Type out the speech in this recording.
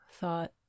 Thought